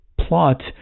plot